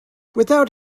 without